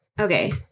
Okay